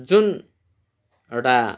जुन एउटा